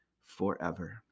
forever